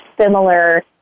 similar